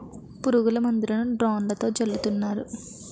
పురుగుల మందులను డ్రోన్లతో జల్లుతున్నారు